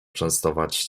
częstować